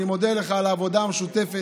אני מודה לך על העבודה המשותפת